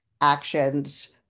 actions